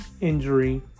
Injury